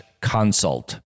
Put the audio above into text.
consult